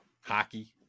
Hockey